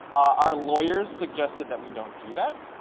our lawyers suggested that we don't do that.